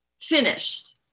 finished